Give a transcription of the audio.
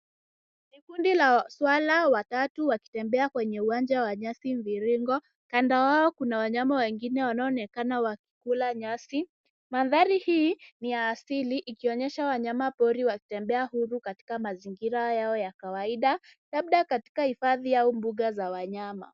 Kundi la swara watatu wakitembea kwenye uwanja wa nyasi mviringo. Kando wao kuna wanyama wengine wanaonekana wakikula nyasi. Mandhari hii, ni ya asili ikionyesha wanyama pori wakitembea huru katika mazingira yao ya kawaida, labda katika hifadhi au mbuga za wanyama.